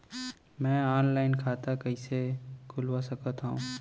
मैं ऑनलाइन खाता कइसे खुलवा सकत हव?